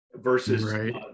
versus